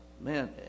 man